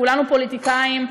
כולנו פוליטיקאים,